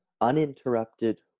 uninterrupted